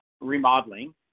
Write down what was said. remodeling